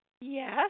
Yes